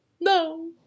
no